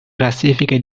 classifiche